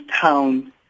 town